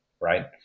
right